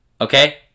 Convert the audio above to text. okay